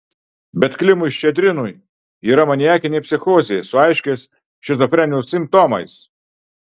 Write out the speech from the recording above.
bet klimui ščedrinui yra maniakinė psichozė su aiškiais šizofrenijos simptomais